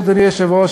אדוני היושב-ראש,